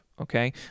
Okay